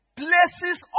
places